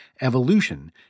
evolution